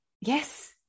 Yes